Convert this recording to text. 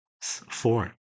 Four